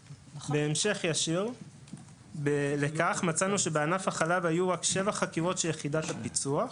בהמשך ישיר לכך מצאנו שבענף החלב היו רק שבע חקירות של יחידת הפיצו"ח